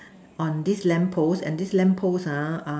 on this lamp post and this lamp post ha uh